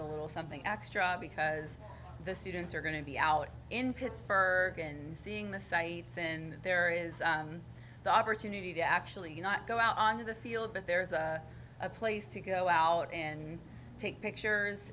a little something extra because the students are going to be out in pittsburgh and seeing the sights and there is the opportunity to actually not go out on the field but there is a place to go out and take pictures